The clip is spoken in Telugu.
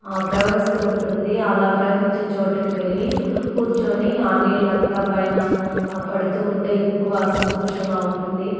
ప్రవహిస్తూ ఉంటుంది అలా ప్రవహించే చోటుకు వెళ్ళి కూర్చొని ఆ నీళ్ళంతా పైన పడుతు ఉంటే ఎక్కువ సంతోషంగా ఉంటుంది